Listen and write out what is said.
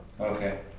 Okay